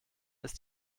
ist